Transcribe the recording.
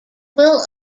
will